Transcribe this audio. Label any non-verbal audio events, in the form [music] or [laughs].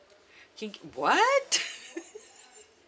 drink what [laughs]